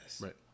Right